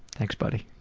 thanks, buddy.